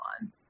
on